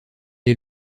est